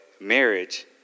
marriage